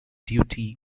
duty